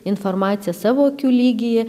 informaciją savo akių lygyje